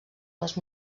les